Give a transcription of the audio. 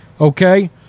okay